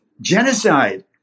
Genocide